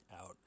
out